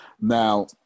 Now